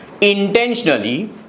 intentionally